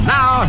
Now